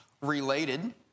related